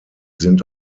sind